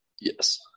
Yes